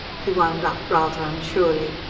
he wound up, rather unsurely.